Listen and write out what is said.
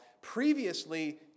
Previously